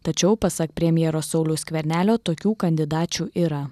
tačiau pasak premjero sauliaus skvernelio tokių kandidačių yra